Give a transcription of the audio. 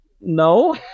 No